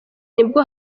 nibwo